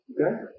Okay